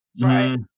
Right